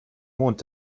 mond